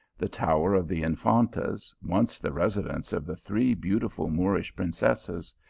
the tower of the infantas, once the residence of the three beautiful moorish princesses,